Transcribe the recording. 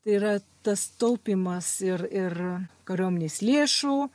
tai yra tas taupymas ir ir kariuomenės lėšų